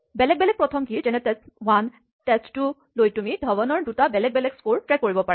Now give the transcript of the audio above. বেলেগ বেলেগ প্ৰথম কীচাবি যেনে টেষ্ট১ আৰু টেষ্ট২ লৈ তুমি ধৱনৰ দুটা বেলেগ বেলেগ স্ক'ৰ ট্ৰেক কৰিব পাৰা